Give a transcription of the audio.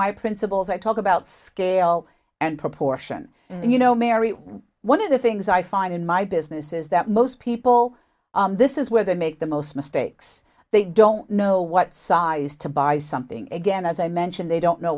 my principals i talk about scale and proportion and you know mary one of the things i find in my business is that most people this is where they make the most mistakes they don't know what size to buy something again as i mentioned they don't know